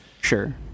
sure